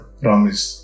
promise